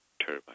turbine